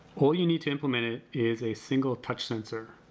all you need to implement it is a single touch sensor.